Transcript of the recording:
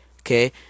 Okay